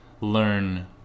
learn